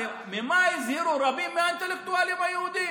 הרי ממה הזהירו רבים מהאינטלקטואלים היהודים?